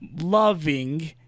loving